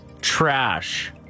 trash